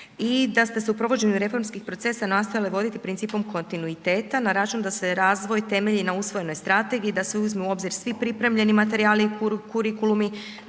i da se u provođenju reformskih procesa nastave vodite principom kontinuiteta na račun da se razvoj temelji na usvojenoj strategiji i da se uzme u obzir svi pripremljeni materijali i kurikulumi,